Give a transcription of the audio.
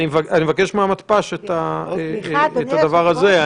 אני אבקש מהמתפ"ש את הדבר הזה.